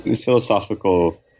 philosophical